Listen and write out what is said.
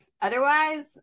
Otherwise